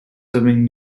serving